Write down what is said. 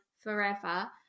forever